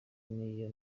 niyo